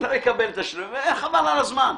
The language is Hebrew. יקבל וחבל על הזמן.